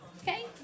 Okay